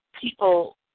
people